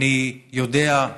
אני יודע,